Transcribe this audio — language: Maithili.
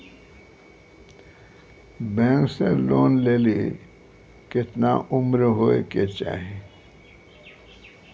बैंक से लोन लेली केतना उम्र होय केचाही?